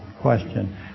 question